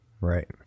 Right